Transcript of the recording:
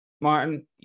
Martin